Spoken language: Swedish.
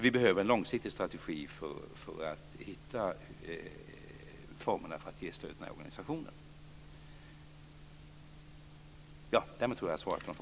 Vi behöver en långsiktig strategi för att hitta formerna för att ge stöd till sådana organisationer.